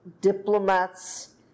diplomats